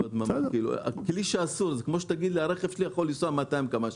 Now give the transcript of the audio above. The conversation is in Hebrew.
כמו שתגיד לי שהרכב שלך יכול לנסוע במהירות של 200 קמ"ש,